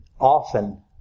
often